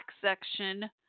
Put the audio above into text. section